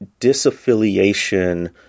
disaffiliation